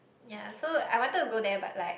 ya so I wanted to go there but like